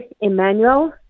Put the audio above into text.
Emmanuel